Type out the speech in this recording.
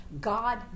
God